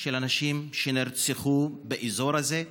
של הנשים שנרצחו באזור הזה.